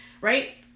Right